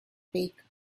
baker